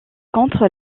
contre